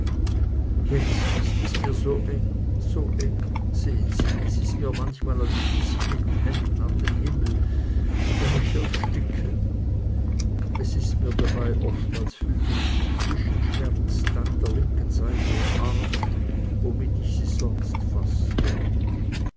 jetzt ist es mir so eng so eng sehn sie es ist mir manchmal als stieß ich mit den händen an den himmel o ich ersticke es ist mir dabei oft als fühlt ich physischen schmerz da in der linken seite im arm womit ich sie sonst faßte